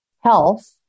health